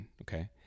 okay